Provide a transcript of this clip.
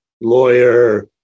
lawyer